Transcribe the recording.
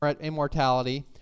immortality